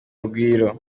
rugwiro